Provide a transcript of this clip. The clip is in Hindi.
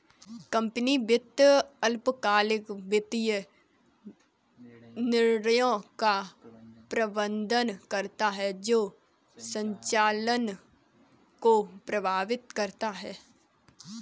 कंपनी वित्त अल्पकालिक वित्तीय निर्णयों का प्रबंधन करता है जो संचालन को प्रभावित करता है